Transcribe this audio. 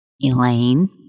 Elaine